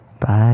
Bye